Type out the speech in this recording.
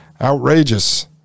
Outrageous